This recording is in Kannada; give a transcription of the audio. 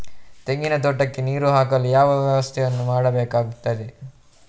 ತೆಂಗಿನ ತೋಟಕ್ಕೆ ನೀರು ಹಾಕಲು ಯಾವ ವ್ಯವಸ್ಥೆಯನ್ನು ಮಾಡಬೇಕಾಗ್ತದೆ?